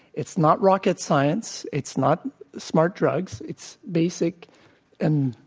it's not rocket science. it's not smart drugs. it's basic and,